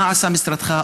מה עשה משרדך,